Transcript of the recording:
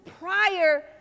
prior